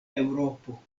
eŭropo